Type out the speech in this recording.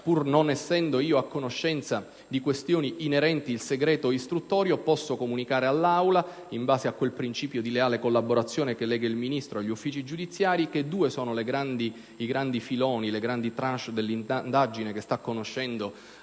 pur non essendo io a conoscenza di questioni inerenti il segreto istruttorio, posso comunicare all'Assemblea, in base a quel principio di leale collaborazione che lega il Ministro agli uffici giudiziari, che due sono i grandi filoni dell'indagine che sta conoscendo